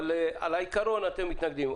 אבל לעיקרון אתם מתנגדים.